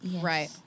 Right